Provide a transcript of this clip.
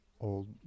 old